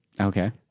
Okay